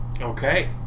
okay